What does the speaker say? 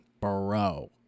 Bro